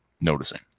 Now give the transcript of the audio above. noticing